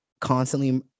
constantly